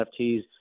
NFTs